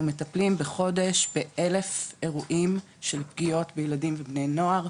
אנחנו מטפלים בחודש ב-1000 אירועים של פגיעות של ילדים ובני נוער,